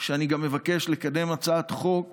שאני גם מבקש לקדם הצעת חוק